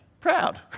proud